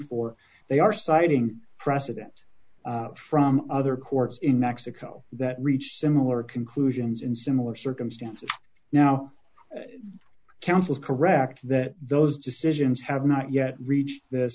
four they are citing precedent from other courts in mexico that reach similar conclusions in similar circumstances now counsels correct that those decisions have not yet reached th